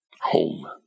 home